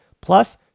Plus